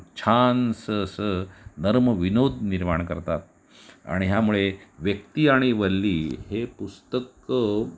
छानसं असं नर्म विनोद निर्माण करतात आणि ह्यामुळे व्यक्ती आणि वल्ली हे पुस्तक